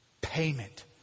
payment